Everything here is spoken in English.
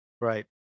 Right